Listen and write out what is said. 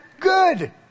good